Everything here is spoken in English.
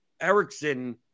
Erickson